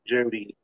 Jody